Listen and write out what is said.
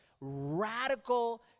radical